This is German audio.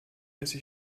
esse